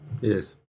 Yes